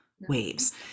waves